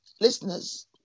listeners